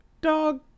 dog